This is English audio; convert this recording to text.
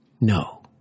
no